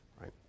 right